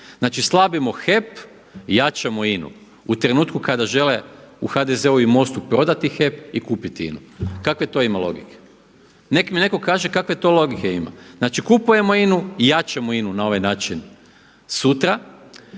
Znači slabimo HEP, jačamo INA-u u trenutku kada žele u HDZ-u i MOST-u prodati HEP i kupiti INA-u. kakve to ima logike? Nek mi neko kaže kakve to logike ima? Znači kupujemo INA-u i jačamo INA-u na ovaj način sutra,